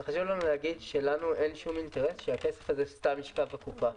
חשוב לנו להגיד שאין לנו שום אינטרס שהכסף הזה סתם ישכב בקופה.